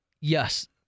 Yes